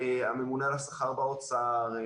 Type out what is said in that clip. הממונה על השכר באוצר,